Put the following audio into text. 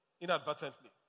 inadvertently